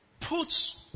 puts